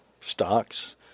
stocks